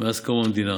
מאז קום המדינה